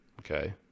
Okay